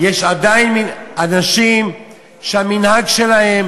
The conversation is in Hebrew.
יש עדיין אנשים שהמנהג שלהם